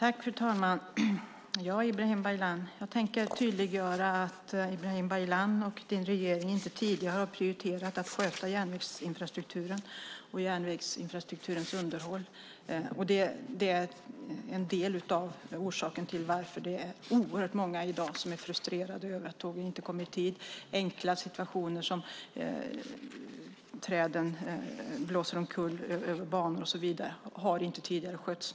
Fru talman! Jag tänker tydliggöra att Ibrahim Baylan och hans regering tidigare inte prioriterat skötseln av järnvägsinfrastrukturen och dess underhåll. Det är en del av orsaken till att oerhört många i dag är frustrerade över att tågen inte kommer i tid. Enkla situationer som att träden blåser omkull över banor och så vidare har tidigare inte skötts.